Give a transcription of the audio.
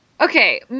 Okay